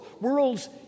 worlds